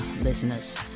listeners